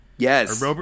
Yes